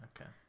okay